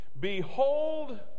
behold